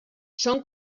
són